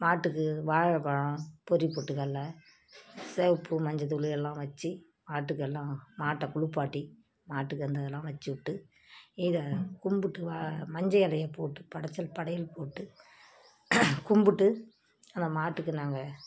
மாட்டுக்கு வாழைப் பழம் பொரி பொட்டுக்கடல சிவப்பு மஞ்சள் தூள் எல்லாம் வச்சு ஆட்டுக்கெல்லாம் மாட்டை குளிப்பாட்டி மாட்டுக்கு அந்த இது எல்லாம் வச்சுவுட்டு இதை கும்பிட்டு மஞ்சள் இலைய போட்டு படைச்சல் படையல் போட்டு கும்பிட்டு அந்த மாட்டுக்கு நாங்கள்